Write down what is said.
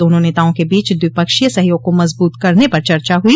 दोनों नेताओं के बीच द्विपक्षीय सहयोग को मजबूत करने पर चर्चा हुई